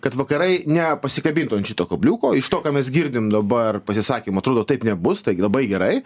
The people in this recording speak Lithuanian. kad vakarai nepasikabintų ant šito kabliuko iš to ką mes girdim dabar pasisakymų atrodo taip nebus taigi labai gerai